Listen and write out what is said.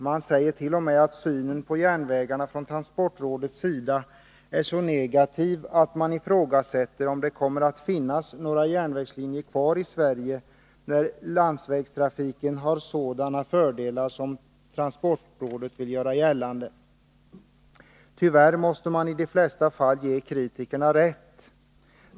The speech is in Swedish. Man säger t.o.m. att synen på järnvägarna från transportrådets sida är så negativ att man undrar om det kommer att finnas någrä järnvägslinjer kvar i Sverige, eftersom transportrådet vill göra gällande att landsvägstrafiken har sådana fördelar. Tyvärr måste man i de flesta fall ge kritikerna rätt.